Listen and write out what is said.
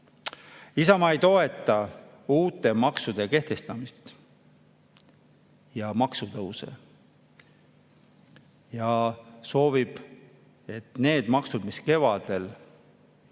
Isamaa ei toeta uute maksude kehtestamist ja maksutõuse ning soovib need maksud, mis kevadel